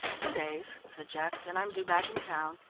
two days, said jack, then i'm due back in town.